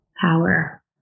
power